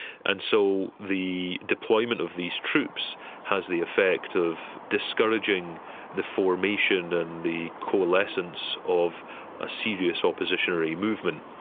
and so the deployment of these troops has the effect of discouraging the formation and the coalescence of a serious oppositionary movement.